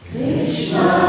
Krishna